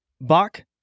Bach